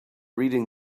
reading